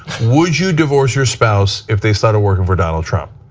would you divorce your spouse if they started working for donald trump?